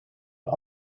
een